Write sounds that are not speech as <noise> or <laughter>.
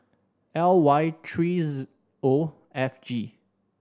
L Y three <hesitation> O F G